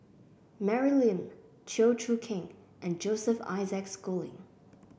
Mary Lim Chew Choo Keng and Joseph Isaac Schooling